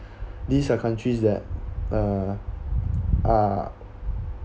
these are countries that uh are